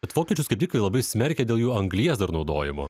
bet vokiečius kaip tiktai labai smerkė dėl jų anglies dar naudojimo